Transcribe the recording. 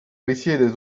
risiede